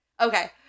Okay